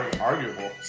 Arguable